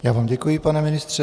Já vám děkuji, pane ministře.